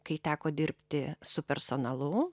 kai teko dirbti su personalu